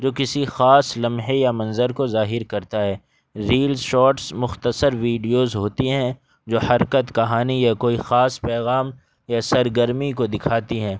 جو کسی خاص لمحے یا منظر کو ظاہر کرتا ہے ریل شاٹز مختصر ویڈیوز ہوتی ہیں جو حرکت کہانی یا کوئی خاص پیغام یا سرگرمی کو دکھاتی ہیں